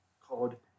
called